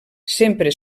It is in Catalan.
sempre